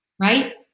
right